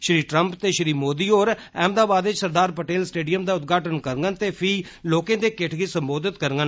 Shri Trump ते मोदी होर अहमदाबाद च सरदार पटेल स्टेडियम दा उदघाटन करङन ते फ्ही लोकें दे किट्डे गी सम्बोधित करङन